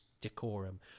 decorum